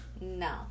No